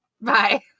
bye